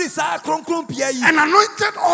anointed